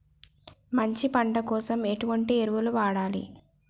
మంచి పంట కోసం ఎటువంటి ఎరువులు వాడాలి?